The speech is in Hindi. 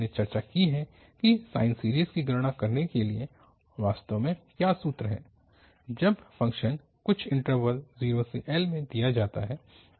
हमने चर्चा की है कि साइन सीरीज़ की गणना करने के लिए वास्तव में क्या सूत्र है जब फ़ंक्शन कुछ इन्टरवल 0 से L में दिया जाता है